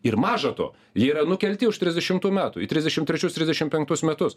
ir maža to jie yra nukelti už trisdešimtų metų į trisdešim trečius trisdešim penktus metus